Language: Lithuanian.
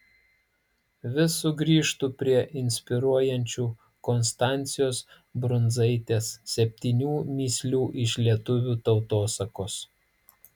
vis sugrįžtu prie inspiruojančių konstancijos brundzaitės septynių mįslių iš lietuvių tautosakos